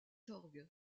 sorgues